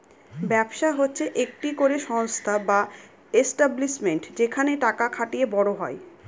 ব্যবসা হচ্ছে একটি করে সংস্থা বা এস্টাব্লিশমেন্ট যেখানে টাকা খাটিয়ে বড় হয়